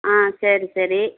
ஆ சரி சரி